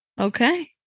Okay